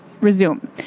resume